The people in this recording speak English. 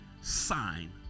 sign